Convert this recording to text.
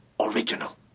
original